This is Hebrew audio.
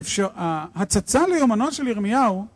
אפשר, הצצה ליומנו של ירמיהו